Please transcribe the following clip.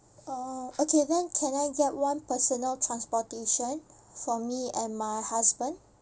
orh okay then can I get one personal transportation for me and my husband